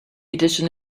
edition